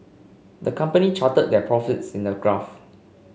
the company charted their profits in a graph